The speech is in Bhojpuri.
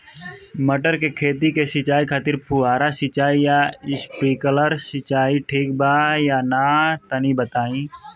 मटर के खेती के सिचाई खातिर फुहारा सिंचाई या स्प्रिंकलर सिंचाई ठीक बा या ना तनि बताई?